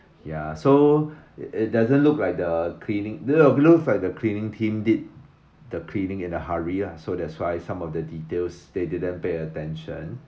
ya so it it doesn't look like the cleaning it look like the cleaning team did the cleaning in a hurry lah so that's why some of the details they didn't pay attention